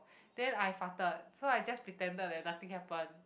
then I farted so I just pretended that nothing happened